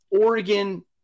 Oregon